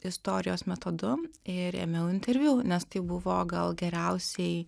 istorijos metodu ir ėmiau interviu nes tai buvo gal geriausiai